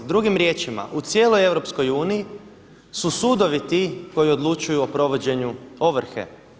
Drugim riječima, u cijeloj EU su sudovi ti koji odlučuju o provođenju ovrhe.